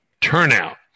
Turnout